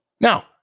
Now